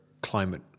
climate